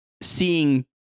seeing